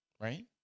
Right